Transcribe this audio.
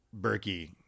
Berkey